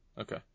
Okay